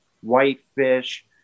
whitefish